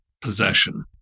possession